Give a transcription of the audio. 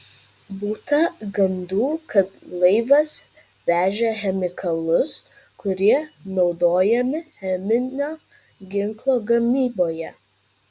būta gandų kad laivas vežė chemikalus kurie naudojami cheminio ginklo gamyboje